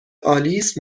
آلیس